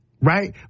right